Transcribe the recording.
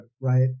right